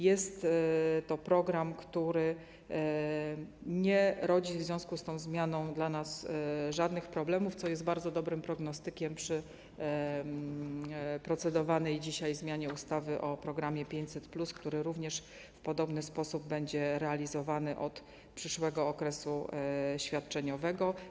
Jest to program, który nie rodzi w związku z tą zmianą dla nas żadnych problemów, co jest bardzo dobrym prognostykiem przy procedowanej dzisiaj zmianie ustawy o programie 500+, który również w podobny sposób będzie realizowany od przyszłego okresu świadczeniowego.